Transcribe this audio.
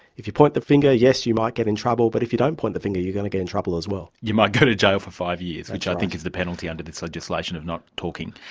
if you point the finger, yes you you might get in trouble, but if you don't point the finger, you're going to be in trouble as well. you might go to jail for five years, which i think is the penalty under this legislation of not talking.